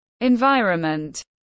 environment